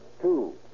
Two